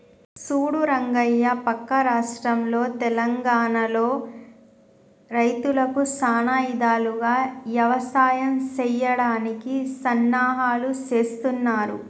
సూడు రంగయ్య పక్క రాష్ట్రంలో తెలంగానలో రైతులకు సానా ఇధాలుగా యవసాయం సెయ్యడానికి సన్నాహాలు సేస్తున్నారు